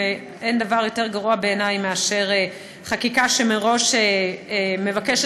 ואין דבר יותר גרוע בעיני מחקיקה שמראש מבקשת